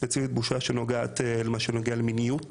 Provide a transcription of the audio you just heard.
ספציפית בושה שנוגעת בכל מה שקשור למיניות